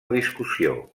discussió